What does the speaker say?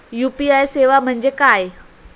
UPI सेवा म्हणजे काय?